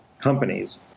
companies